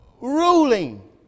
ruling